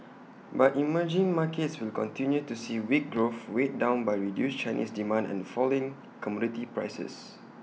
but emerging markets will continue to see weak growth weighed down by reduced Chinese demand and falling commodity prices